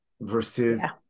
versus